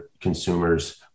consumers